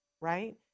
right